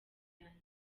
yanyise